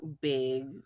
big